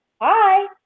Hi